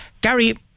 Gary